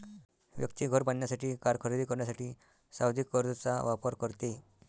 व्यक्ती घर बांधण्यासाठी, कार खरेदी करण्यासाठी सावधि कर्जचा वापर करते